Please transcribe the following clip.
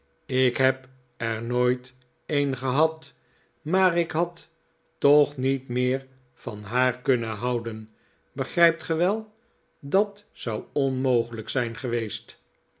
ik heb er nooit een gehad maar ik had toch niet meer van haar kunnen houden begrijpt ge wel da't zou onmogelijk zijn geweest